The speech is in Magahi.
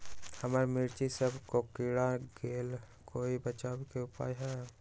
हमर मिर्ची सब कोकररिया गेल कोई बचाव के उपाय है का?